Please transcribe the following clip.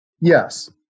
Yes